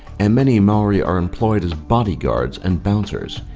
and many maori are employed as bodyguards and bouncers.